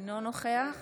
אינו נוכח